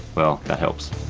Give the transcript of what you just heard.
well, that helps.